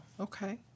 Okay